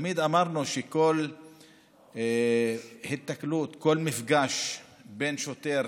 תמיד אמרנו שכל היתקלות, כל מפגש בין שוטר